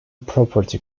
property